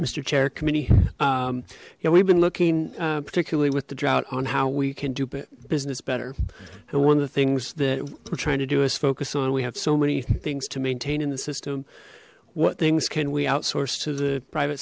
cherrick committee yeah we've been looking particularly with the drought on how we can do business better and one of the things that we're trying to do is focus on we have so many things to maintain in the system what things can we outsource to the private